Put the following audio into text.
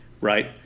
Right